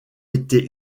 été